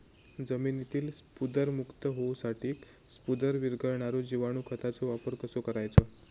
जमिनीतील स्फुदरमुक्त होऊसाठीक स्फुदर वीरघळनारो जिवाणू खताचो वापर कसो करायचो?